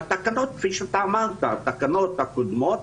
והתקנות, כפי שאמרת, התקנות הקודמות